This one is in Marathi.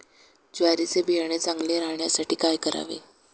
ज्वारीचे बियाणे चांगले राहण्यासाठी काय करावे?